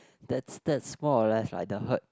that's that's more or less like the herd